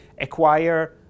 acquire